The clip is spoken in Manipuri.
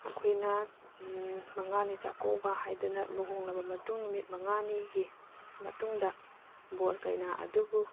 ꯑꯩꯈꯣꯏꯅ ꯃꯉꯥꯅꯤ ꯆꯥꯛꯀꯧꯕ ꯍꯥꯏꯗꯅ ꯂꯨꯍꯣꯡꯂꯕ ꯃꯇꯨꯡ ꯅꯨꯃꯤꯠ ꯃꯉꯥꯅꯤꯒꯤ ꯃꯇꯨꯡꯗ ꯕꯣꯔ ꯀꯩꯅꯥ ꯑꯗꯨꯕꯨ